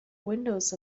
windows